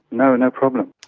no no problem.